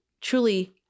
truly